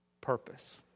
purpose